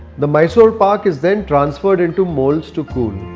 the mysore pak is then transferred into moulds to cool.